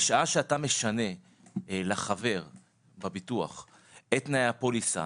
בשעה שאתה משנה לחבר בביטוח את תנאי הפוליסה,